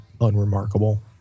unremarkable